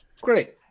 Great